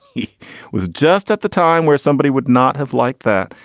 he was just at the time where somebody would not have liked that.